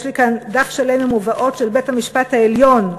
יש לי כאן דף שלם עם מובאות של בית-המשפט העליון.